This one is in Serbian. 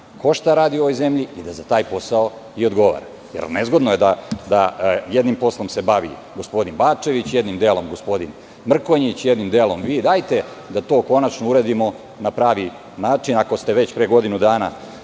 ko šta radi u ovoj zemlji i da za taj posao i odgovara. Jer, nezgodno je da se jednim poslom bavi gospodin Bačević, jednim delom gospodin Mrkonjić, jednim delom. Hajde da to konačno uradimo na pravi način, ako ste već pre godinu dana,